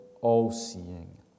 all-seeing